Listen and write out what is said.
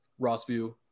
Rossview